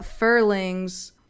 furlings